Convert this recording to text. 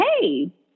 hey